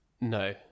no